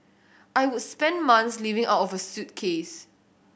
I would spend months living out of a suitcase